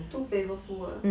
too flavourful